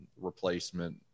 replacement